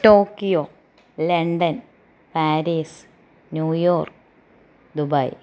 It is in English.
Tokyo London Paris New York Dubai